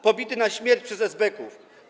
pobity na śmierć przez esbeków.